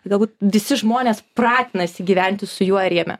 galbūt visi žmonės pratinasi gyventi su juo ir jame